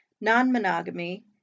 non-monogamy